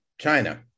China